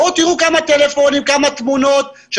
בואו תראו כמה טלפונים וכמה תמונות יש על זה